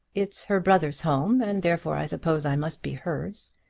it's her brother's home, and therefore i suppose i must be hers.